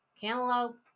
cantaloupe